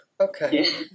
Okay